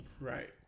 Right